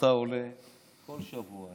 אתה עולה כל שבוע,